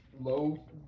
low